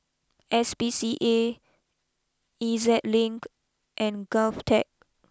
S P C A E Z Link and GovTech